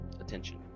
attention